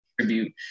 tribute